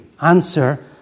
answer